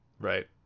Right